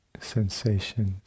sensations